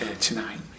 tonight